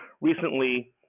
recently